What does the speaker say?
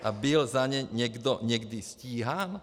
A byl za ně někdo někdy stíhán?